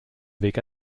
avec